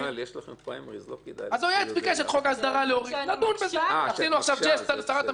עשינו עכשיו ג'סטה לשרת המשפטים,